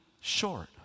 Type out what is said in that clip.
short